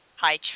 Hi